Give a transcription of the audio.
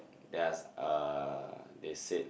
then I asked uh they said